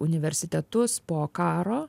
universitetus po karo